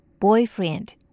boyfriend